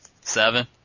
seven